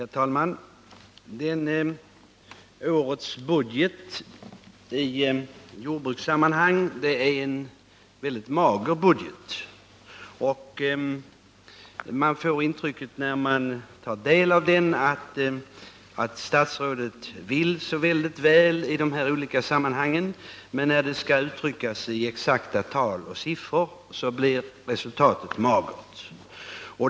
Herr talman! Årets budget i jordbrukssammanhang är väldigt mager. När man tar del av den får man intrycket att statsrådet vill väldigt väl på de olika punkterna, men när det skall uttryckas i exakta tal och siffror blir resultatet magert.